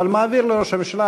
אבל אני מעביר לראש הממשלה,